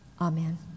Amen